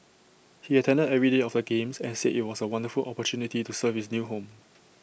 he attended every day of the games and said IT was A wonderful opportunity to serve his new home